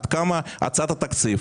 עד כמה הצעת התקציב,